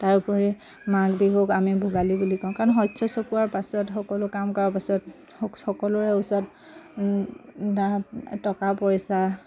তাৰোপৰি মাঘ বিহুক আমি ভোগালী বুলি কওঁ কাৰণ শস্য চপোৱাৰ পাছত সকলো কাম কৰাৰ পাছত চ সকলোৰে ওচৰত দা টকা পইচা